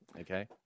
Okay